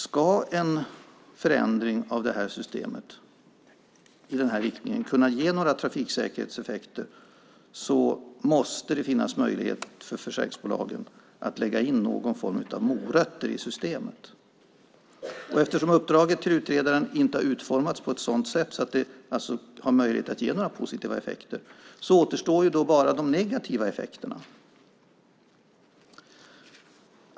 Ska en förändring av systemet i den här riktningen kunna ge några trafiksäkerhetseffekter måste det finnas möjlighet för försäkringsbolagen att lägga in någon form av morötter i systemet. Eftersom uppdraget till utredaren inte har utformats på ett sådant sätt att det har möjlighet att ge några positiva effekter återstår bara de negativa effekterna.